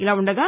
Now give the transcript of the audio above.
ఇలా ఉండగా